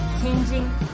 Changing